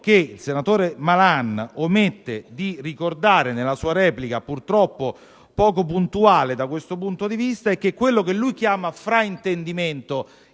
il senatore Malan omette di ricordare nella sua replica, purtroppo poco puntuale da questo punto di vista, è che quello che lui chiama fraintendimento